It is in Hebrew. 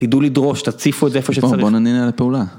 תדעו לדרוש, תציפו את זה איפה שצריך. -בואו נענה על הפעולה.